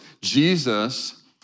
Jesus